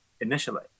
initially